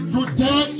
Today